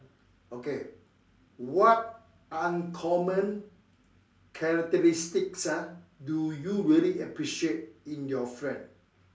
okay what uncommon characteristics ah do you really appreciate in your friend